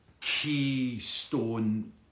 keystone